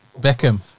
Beckham